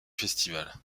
festival